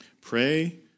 Pray